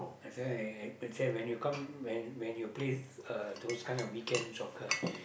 that's why I say when you come when when you play uh those kind of weekend soccer